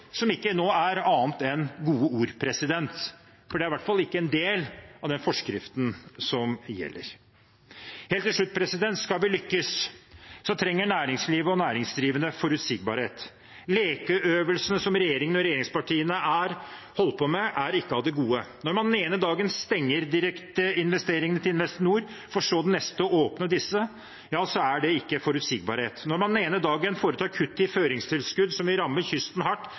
nå ikke er annet enn gode ord, for de er i hvert fall ikke en del av den forskriften som gjelder. Helt til slutt: Skal vi lykkes, trenger næringslivet og næringsdrivende forutsigbarhet. Lekeøvelsene som regjeringen og regjeringspartiene har holdt på med, er ikke av det gode. Når man den ene dagen stenger direkteinvesteringene til Investinor, for så den neste å åpne dem, så er ikke det forutsigbarhet. Når man den ene dagen foretar kutt i føringstilskudd, som vil ramme kysten hardt,